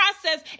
process